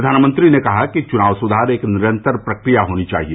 प्रधानमंत्री ने कहा कि चुनाव सुधार एक निरन्तर प्रक्रिया होनी चाहिए